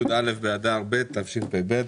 י"א באדר ב' התשפ"ב,